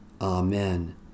Amen